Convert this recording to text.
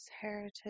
heritage